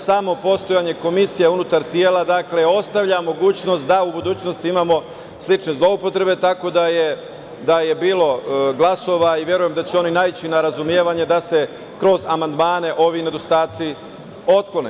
Samo postojanje komisija unutar tela ostavlja mogućnost da u budućnosti imamo slične zloupotrebe, tako da je bilo glasova i verujem da će oni naići na razumevanje da se kroz amandmane ovi nedostaci otklone.